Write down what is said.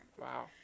Wow